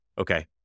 Okay